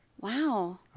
Wow